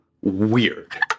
weird